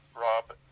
Rob